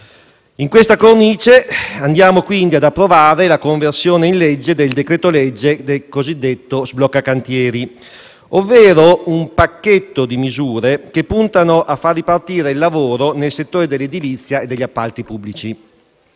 In questa cornice ci accingiamo quindi ad approvare il disegno di legge di conversione in legge del decreto-legge cosiddetto sblocca-cantieri, ovvero di un pacchetto di misure che puntano a far ripartire il lavoro nel settore dell'edilizia e degli appalti pubblici.